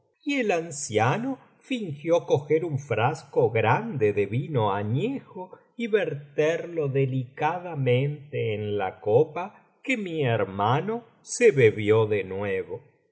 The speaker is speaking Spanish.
y el anciano fingió coger un frasco grande de vino añejo y verterlo delicadamente en la copa que mi hermano se bebió de nuevo y